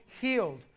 healed